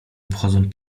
obchodzą